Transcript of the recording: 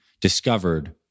discovered